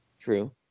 True